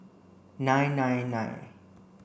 nine nine nine